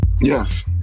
Yes